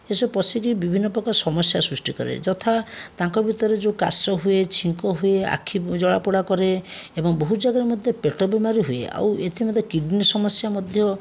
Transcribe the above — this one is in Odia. ସେସବୁ ପଶିକି ବିଭିନ୍ନ ପ୍ରକାର ସମସ୍ୟା ସୃଷ୍ଟି କରେ ଯଥା ତାଙ୍କ ଭିତରେ ଯେଉଁ କାଶ ହୁଏ ଛିଙ୍କ ହୁଏ ଆଖି ଜଳାପୋଡ଼ା କରେ ଏବଂ ବହୁତ ଜାଗାରେ ମଧ୍ୟ ପେଟ ବେମାରି ହୁଏ ଆଉ ଏଠି ମଧ୍ୟ କିଡ଼ନି ସମସ୍ୟା ମଧ୍ୟ